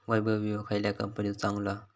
वैभव विळो खयल्या कंपनीचो चांगलो हा?